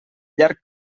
llarg